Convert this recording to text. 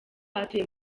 atuye